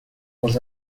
was